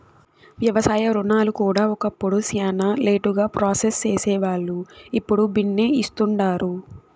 వ్యవసాయ రుణాలు కూడా ఒకప్పుడు శానా లేటుగా ప్రాసెస్ సేసేవాల్లు, ఇప్పుడు బిన్నే ఇస్తుండారు